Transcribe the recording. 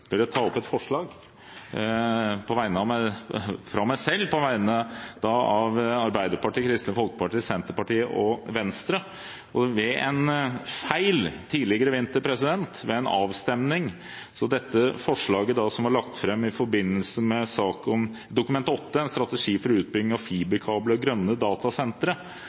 vil jeg ta opp et forslag fra meg selv på vegne av Arbeiderpartiet, Kristelig Folkeparti, Senterpartiet og Venstre. Ved en feil ved en avstemning tidligere i vinter fikk dette forslaget, som er lagt fram i forbindelse med sak om Dokument 8:36 S om strategi for utbygging av fiberkabler og grønne datasentre,